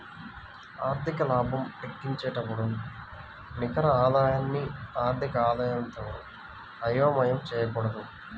ఆర్థిక లాభం లెక్కించేటప్పుడు నికర ఆదాయాన్ని ఆర్థిక ఆదాయంతో అయోమయం చేయకూడదు